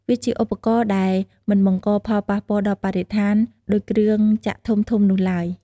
វាជាឧបករណ៍ដែលមិនបង្កផលប៉ះពាល់ដល់បរិស្ថានដូចគ្រឿងចក្រធំៗនោះឡើយ។